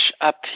up